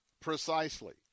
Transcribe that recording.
precisely